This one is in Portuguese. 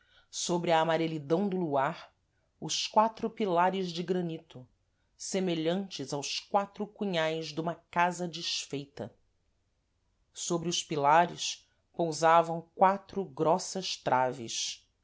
sôbre a amarelidão do luar os quatro pilares de granito semelhantes aos quatro cunhais duma casa desfeita sôbre os pilares pousavam quatro grossas traves